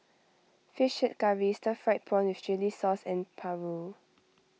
Fish Head Curry Stir Fried Prawn with Chili Sauce and Paru